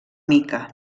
mica